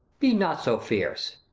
be not so fierce.